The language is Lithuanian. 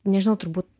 nežinau turbūt